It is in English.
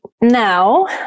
now